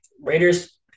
Raiders